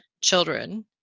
children